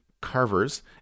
carvers